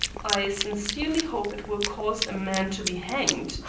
i sincerely hope it will cause a man to be hanged,